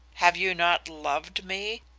have you not loved me?